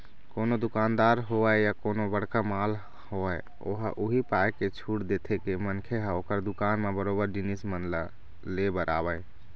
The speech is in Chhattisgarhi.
कोनो दुकानदार होवय या कोनो बड़का मॉल होवय ओहा उही पाय के छूट देथे के मनखे ह ओखर दुकान म बरोबर जिनिस मन ल ले बर आवय